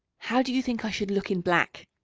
how do you think i should look in black?